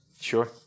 Sure